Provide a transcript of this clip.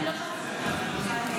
--- אני לא שומעת את עצמי.